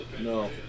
No